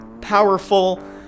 powerful